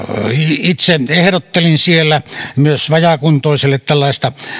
itse ehdottelin myös vajaakuntoiselle tällaista